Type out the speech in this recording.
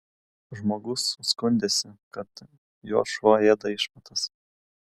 žmogus skundėsi kad jo šuo ėda išmatas